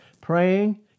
praying